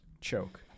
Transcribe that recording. choke